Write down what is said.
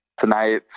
tonight